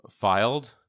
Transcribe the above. filed